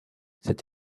cette